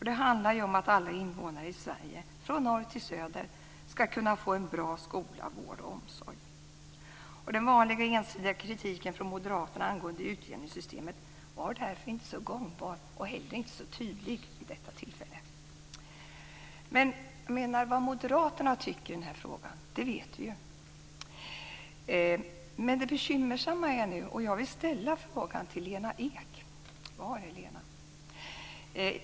Det handlar om att alla invånare i Sverige, från norr till söder, ska kunna få en bra skola, vård och omsorg. Den vanliga ensidiga kritiken från moderaterna angående utjämningssystemet var därför inte så gångbar och heller inte så tydlig vid detta tillfälle. Men vad moderaterna tycker i den här frågan vet vi. Det finns dock ett annat bekymmer, och här vill jag ställa en fråga till Lena Ek - var är Lena?